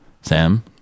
sam